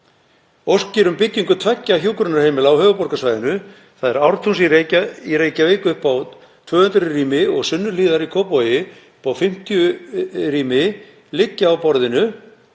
Óskir um byggingu tveggja hjúkrunarheimila á höfuðborgarsvæðinu, Ártúns í Reykjavík upp á 200 rými og Sunnuhlíðar í Kópavogi upp á 50 rými, liggja á borðinu.